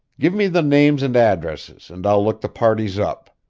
give me the names and addresses and i'll look the parties up.